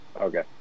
okay